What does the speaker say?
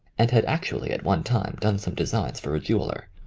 and had actually at one time done some designs for a jeweller.